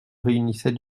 réunissait